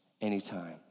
anytime